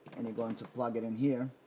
and you're going to plug it in here